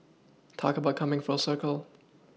talk about coming full circle